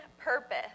purpose